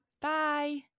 bye